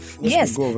Yes